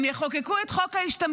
הם יחוקקו את חוק ההשתמטות.